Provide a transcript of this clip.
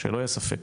שלא יהיה ספק.